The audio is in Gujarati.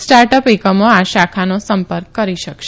સ્ટાર્ટ અ એકમો આ શાખાનો સં ક કરી શકશે